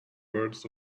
words